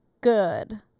good